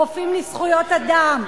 "רופאים לזכויות אדם",